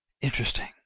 Interesting